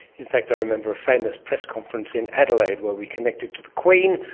in fact i remember a famous press conference in adelaide where we connected to the queen,